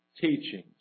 teachings